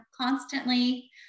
constantly